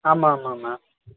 ஆமாம் ஆமாம் ஆமாம்